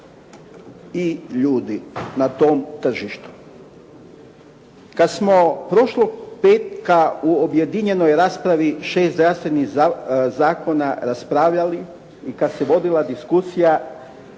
i ljudi na tom tržištu. Kad smo prošlog petka u objedinjenoj raspravi 6 zdravstvenih zakona raspravljali i kad se vodila diskusija